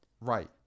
right